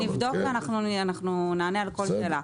נבדוק ונענה על כל שאלה.